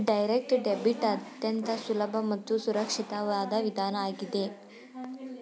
direct debit ಅತ್ಯಂತ ಸುಲಭ ಮತ್ತು ಸುರಕ್ಷಿತವಾದ ವಿಧಾನ ಆಗಿದೆ